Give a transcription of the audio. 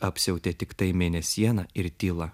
apsiautė tiktai mėnesiena ir tyla